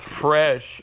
fresh